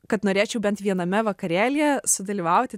kad norėčiau bent viename vakarėlyje sudalyvauti